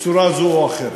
בצורה זו או אחרת.